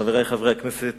חברי חברי הכנסת,